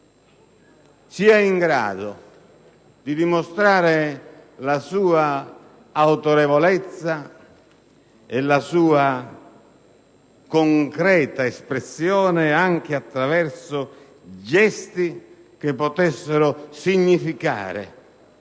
fosse in grado di dimostrare la sua autorevolezza e la sua concreta espressione, anche attraverso gesti che potessero significare